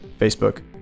Facebook